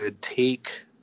take